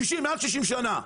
מעל 60 שנה,